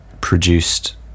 produced